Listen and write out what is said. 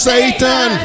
Satan